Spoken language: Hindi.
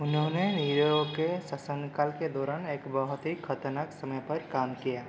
उन्होंने नीरो के शासनकाल के दौरान एक बहुत ही खतरनाक समय पर काम किया